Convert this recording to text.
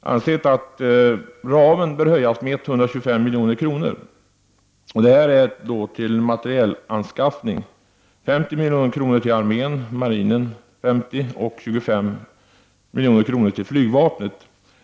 ansett att ramen bör utökas med 125 milj.kr. som då skulle användas för materielanskaffning — 50 miljoner till armén, lika mycket till marinen och 25 miljoner till flygvapnet.